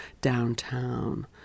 downtown